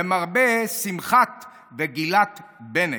למרבה שמחת וגילת בנט.